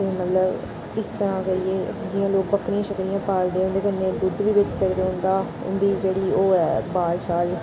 ते मतलब इस तरह् करियै जियां लोक बक्करियां शक्करियां पालदे उं'दे कन्नै दुद्ध बी बेची सकदे उं'दा उं'दी जेह्ड़ी ओह् ऐ बाल शाल